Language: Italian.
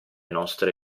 nostre